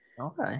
Okay